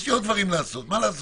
יש לי עוד דברים לעשות, מה לעשות,